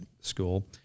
school